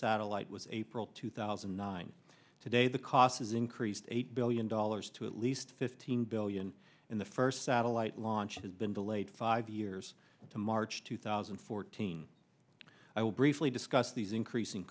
satellite was april two thousand and nine today the cost has increased eight billion dollars to at least fifteen billion in the first satellite launch has been delayed five years to march two thousand and fourteen i will briefly discuss these increasing